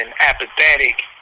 apathetic